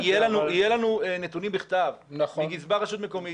אבל --- ושיהיו לנו נתונים בכתב מגזבר רשות מקומית.